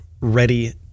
ready